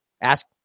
Ask